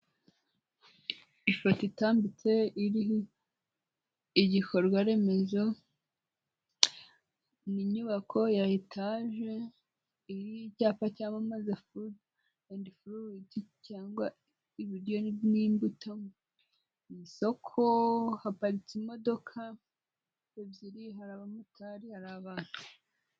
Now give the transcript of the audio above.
Ifoto itambitse, iriho igikorwa remezo, ni inyubako ya etaje, iriho icyapa cyamamaza food and fruit, cyangwa ibiryo n'imbuto, isoko, haparitse imodoka ebyiri, hari aba motari, hari abantu.